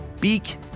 beak